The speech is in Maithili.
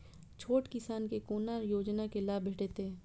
छोट किसान के कोना योजना के लाभ भेटते?